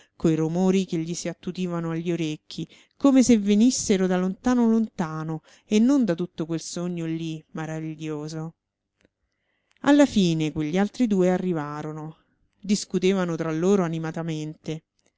coi romori che gli si attutivano agli orecchi come se venissero da lontano lontano e non da tutto quel sogno lì maraviglioso alla fine quegli altri due arrivarono discutevano tra loro animatamente